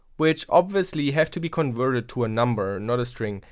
which obviously has to be converted to a number not a string,